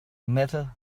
method